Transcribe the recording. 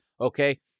okay